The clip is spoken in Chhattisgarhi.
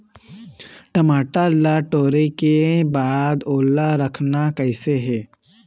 टमाटर ला टोरे के बाद ओला रखना कइसे हे?